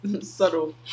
subtle